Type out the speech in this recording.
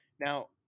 Now